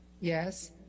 Yes